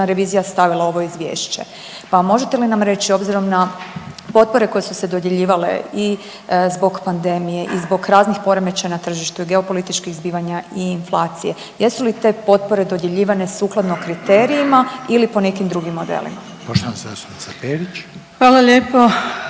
revizija stavila u ovo Izvješće. Pa možete li nam reći, obzirom na potpore koje su se dodjeljivale i zbog pandemije i zbog raznih poremećaja na tržištu i geopolitičkih zbivanja i inflacije, jesu li te potpore dodjeljivane sukladno kriterijima ili po nekim drugim modelima? **Reiner, Željko